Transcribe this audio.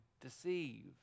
deceive